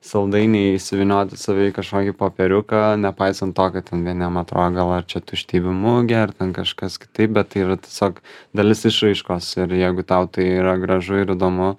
saldainiai suvynioti save į kažkokį popieriuką nepaisant to kad ten vieniem atrodo gal ar čia tuštybių mugė ar ten kažkas kitaip bet tai yra tiesiog dalis išraiškos ir jeigu tau tai yra gražu ir įdomu